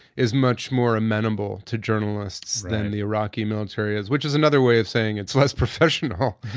is much more amenable to journalists than the iraqi military has, which is another way of saying it's less professional.